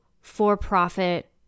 for-profit